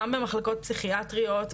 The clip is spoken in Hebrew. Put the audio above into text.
גם במחלקות פסיכיאטריות,